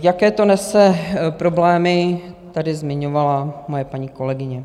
Jaké to nese problémy, tady zmiňovala moje paní kolegyně.